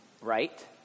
Right